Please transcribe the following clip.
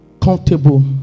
comfortable